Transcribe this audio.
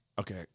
okay